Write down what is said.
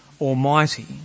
Almighty